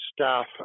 staff